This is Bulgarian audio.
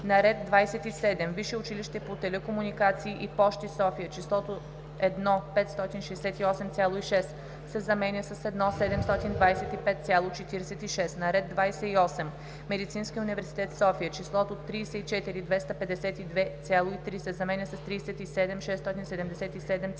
на ред 27. Висше училище по телекомуникации и пощи — София, числото „1 568,6“ се заменя с „1 725,46“. - на ред 28. Медицински университет – София, числото „34 252,3“ се заменя с „37 677,53“.